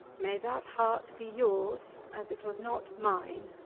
may that heart be yours as it was not mine,